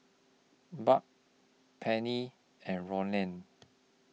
Barb Penny and Rollie